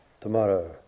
tomorrow